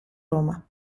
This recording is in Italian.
roma